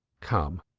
come,